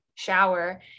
shower